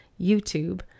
youtube